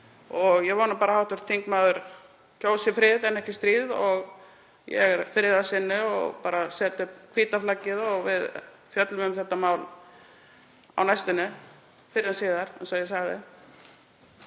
Ég vona bara að hv. þingmaður kjósi frið en ekki stríð og ég er friðarsinni og set bara upp hvíta flaggið og við fjöllum um þetta mál á næstunni, fyrr en síðar, eins og ég sagði.